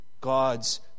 God's